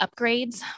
upgrades